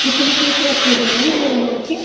कितने पीस रखें हुए है हैवमोर के